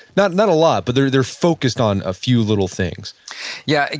not not a lot but they're they're focused on a few little things yeah,